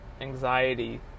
anxiety